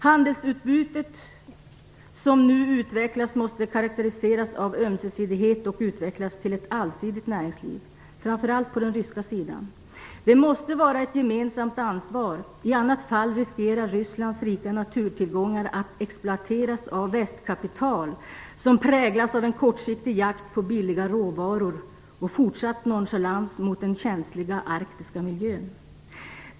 Handelsutbytet som nu utvecklas måste karakteriseras av ömsesidighet och utvecklas till ett allsidigt näringsliv - framför allt på den ryska sidan. Det måste vara ett gemensamt ansvar. I annat fall riskerar Rysslands rika naturtillgångar att exploateras av västkapital som präglas av en kortsiktig jakt på billiga råvaror och fortsatt nonchalans mot den känsliga arktiska miljön.